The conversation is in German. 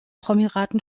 promiraten